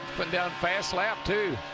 but last lap too.